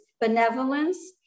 benevolence